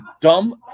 dumb